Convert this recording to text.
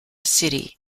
city